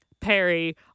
Perry